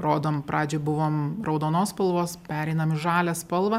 rodom pradžioj buvom raudonos spalvos pereinam į žalią spalvą